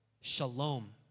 shalom